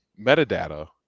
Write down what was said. metadata